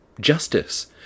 justice